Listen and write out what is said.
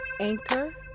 Anchor